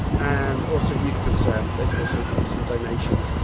and also youth concern, they could also do with some donations.